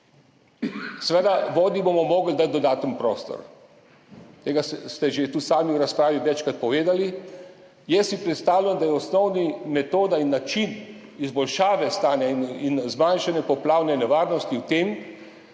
Seveda, vodi bomo morali dati dodaten prostor, to ste že tudi sami v razpravi večkrat povedali. Jaz si predstavljam, da je osnovna metoda in način izboljšave stanja in zmanjšanja poplavne nevarnosti v tem,